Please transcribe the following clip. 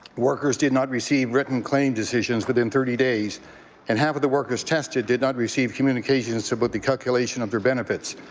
workers did not receive written claim decisions within thirty days and half of the workers tested did not receive communications about so but the calculation of their benefits.